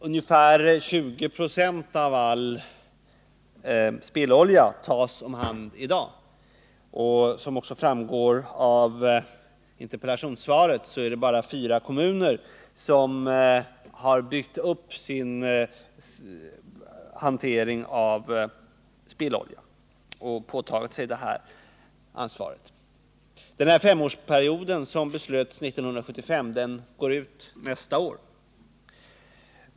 Ungefär 20 926 av all spillolja tas om hand i dag, och som också framgår av interpellationssvaret är det bara fyra kommuner som har byggt upp sin hantering av spillolja och påtagit sig ansvaret härvidlag. Den femårsperiod som man fattade beslut om 1975 går ut nästa år.